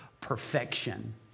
perfection